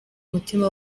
umutima